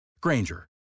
Granger